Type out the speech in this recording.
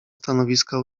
stanowiska